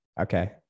Okay